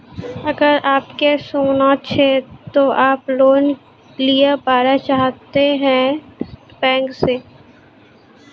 अगर आप के सोना छै ते आप लोन लिए पारे चाहते हैं बैंक से?